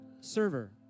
server